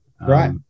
Right